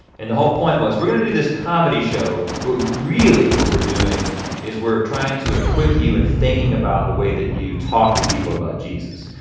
and the whole point was, we're gonna do this comedy show. but really what we're doing is we're trying to equip you and thinking about the way that you talk to people about jesus,